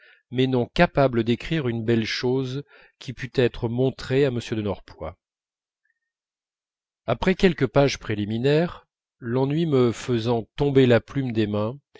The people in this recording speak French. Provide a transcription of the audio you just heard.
mais non capable d'écrire une belle chose qui pût être montrée à m de norpois après quelques pages préliminaires l'ennui me faisant tomber la plume des mains